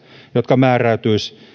jotka määräytyisivät